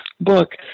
book